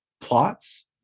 plots